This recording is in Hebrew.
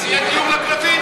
אז יהיה דיור לכלבים,